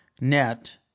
net